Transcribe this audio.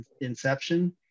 inception